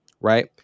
right